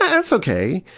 ah that's okay,